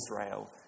Israel